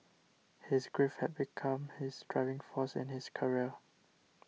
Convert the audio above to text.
his grief had become his driving force in his career